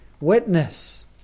witness